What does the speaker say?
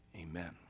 Amen